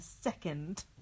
second